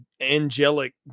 angelic